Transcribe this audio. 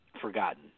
forgotten